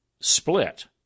split